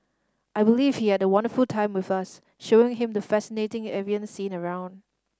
I believe he had a wonderful time with us showing him the fascinating avian scene around